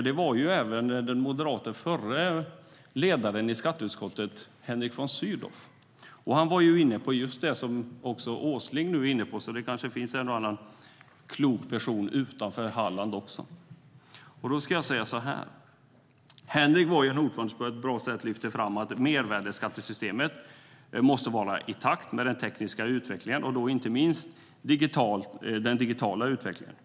Det var även den tidigare moderate ordföranden i skatteutskottet, Henrik von Sydow. Han var inne på just det som Per Åsling nu var inne på, så det finns kanske en och annan klok person utanför Halland också. Henrik von Sydow lyfte på ett bra sätt att mervärdesskattesystemet måste var i takt med den tekniska utvecklingen, och då inte minst den digitala utvecklingen.